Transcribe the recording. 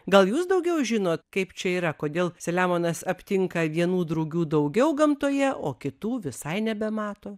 gal jūs daugiau žinot kaip čia yra kodėl selemonas aptinka vienų drugių daugiau gamtoje o kitų visai nebemato